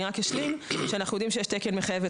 אני אשלים ואומר שאנחנו יודעים שיש תקן מחייב,